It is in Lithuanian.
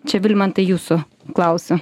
čia vilmantai jūsų klausiu